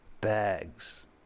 bags